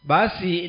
Basi